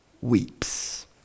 weeps